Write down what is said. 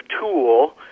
tool